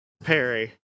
Perry